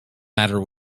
matter